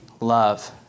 love